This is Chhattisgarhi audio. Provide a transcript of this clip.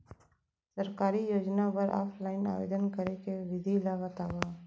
सरकारी योजना बर ऑफलाइन आवेदन करे के विधि ला बतावव